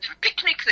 picnic